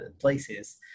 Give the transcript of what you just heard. places